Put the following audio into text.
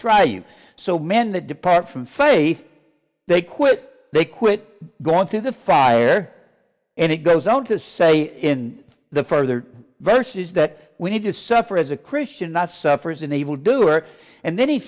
you so men that depart from faith they quit they quit going through the fire and it goes on to say in the further verses that we need to suffer as a christian not suffer as an evil doer and then he